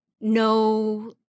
no